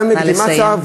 נא לסיים.